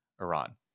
Iran